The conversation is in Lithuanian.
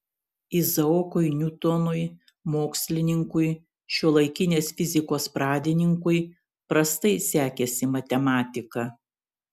izaokui niutonui mokslininkui šiuolaikinės fizikos pradininkui prastai sekėsi matematika